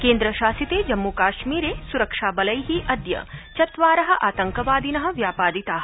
केन्द्रशासिते जम्मूकाश्मीरे सुरक्षाबलैः अद्य चत्वारः आतङ्कवादिनः व्यापादिताः